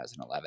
2011